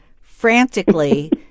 frantically